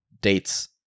dates